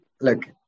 look